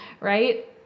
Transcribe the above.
right